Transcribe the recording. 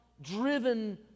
driven